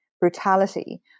brutality